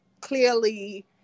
clearly